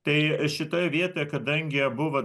tai šitoj vietoj kadangi abu vat